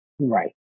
right